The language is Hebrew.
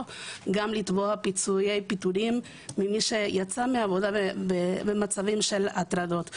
גם לתבוע פיצויי פיטורים גם למי שיצא מעבודה במצבים של הטרדות.